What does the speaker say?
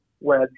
web